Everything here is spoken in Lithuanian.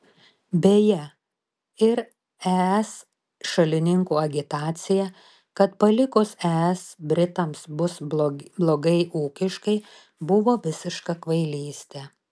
beje ir es šalininkų agitacija kad palikus es britams bus blogai ūkiškai buvo visiška kvailystė